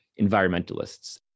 environmentalists